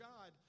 God